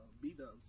B-Dubs